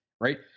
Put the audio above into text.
right